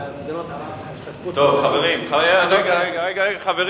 חברים, חבר